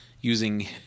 using